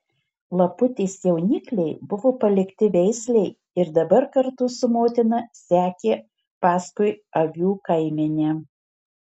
laputės jaunikliai buvo palikti veislei ir dabar kartu su motina sekė paskui avių kaimenę